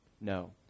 no